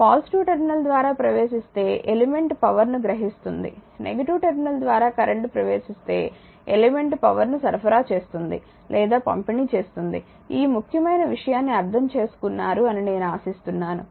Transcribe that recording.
positive terminal ద్వారా ప్రవేశిస్తే element power ను గ్రహిస్తుంది నెగిటివ్ టెర్మినల్ ద్వారా కరెంట్ ప్రవేశిస్తే ఎలిమెంట్ పవర్ ను సరఫరా చేస్తుంది లేదా పంపిణీ చేస్తుందిఈ ముఖ్యమైన విషయాన్ని అర్థం చేసుకున్నారు అని నేను ఆశిస్తున్నాను